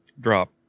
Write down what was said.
Drop